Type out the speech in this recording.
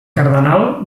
cardenal